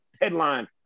headline